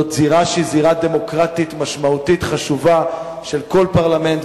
זו זירה שהיא זירה דמוקרטית משמעותית וחשובה של כל פרלמנט,